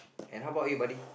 and how about you buddy